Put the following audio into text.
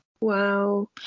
Wow